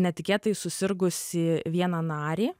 netikėtai susirgusį vieną narį